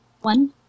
One